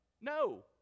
No